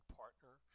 partner